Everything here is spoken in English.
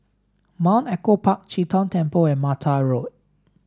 Mount Echo Park Chee Tong Temple and Mata Road